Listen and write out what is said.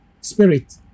spirit